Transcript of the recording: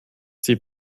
sie